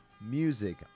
music